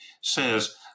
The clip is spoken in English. says